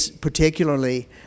particularly